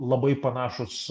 labai panašūs